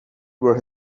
were